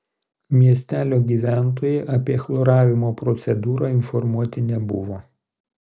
miestelio gyventojai apie chloravimo procedūrą informuoti nebuvo